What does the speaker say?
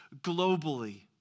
globally